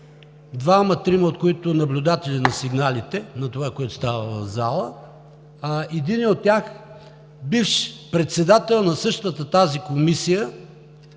двама-трима, от които наблюдатели на сигналите – на това, което става в залата, а единият от тях е бивш председател на същата тази комисия,